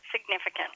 significant